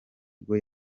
bwo